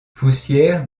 poussière